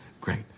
Great